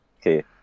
okay